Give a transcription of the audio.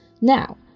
Now